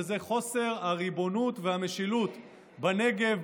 וזה חוסר הריבונות והמשילות בנגב,